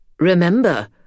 Remember